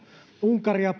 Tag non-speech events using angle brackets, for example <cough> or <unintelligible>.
unkaria <unintelligible>